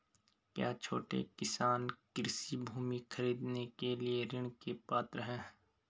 क्या छोटे किसान कृषि भूमि खरीदने के लिए ऋण के पात्र हैं?